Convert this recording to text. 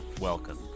Welcome